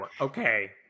Okay